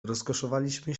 rozkoszowaliśmy